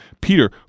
Peter